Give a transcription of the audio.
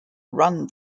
run